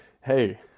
Hey